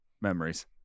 memories